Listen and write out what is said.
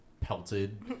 pelted